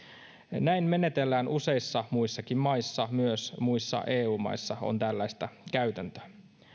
näin menetellään useissa muissakin maissa myös muissa eu maissa on tällaista käytäntöä